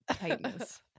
tightness